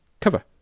cover